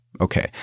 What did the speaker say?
Okay